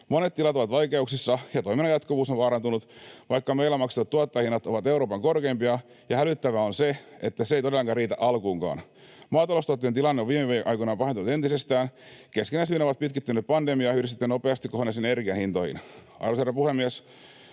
Monet tilat ovat vaikeuksissa ja toiminnan jatkuvuus on vaarantunut, vaikka meillä maksetut tuottajahinnat ovat Euroopan korkeimpia, ja hälyttävää on se, että se ei todellakaan riitä alkuunkaan. Maataloustuottajien tilanne on viime aikoina pahentunut entisestään. Keskeisenä syynä on pitkittynyt pandemia yhdistettynä nopeasti kohonneisiin energian hintoihin.